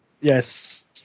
Yes